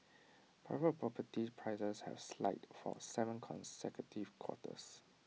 private property prices have slide for Seven consecutive quarters